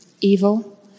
evil